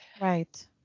Right